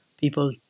people